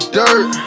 dirt